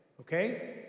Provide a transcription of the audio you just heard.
Okay